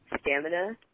stamina